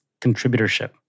contributorship